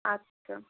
আচ্ছা